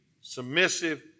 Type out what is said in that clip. submissive